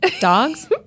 dogs